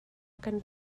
kan